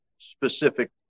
specific